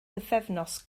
bythefnos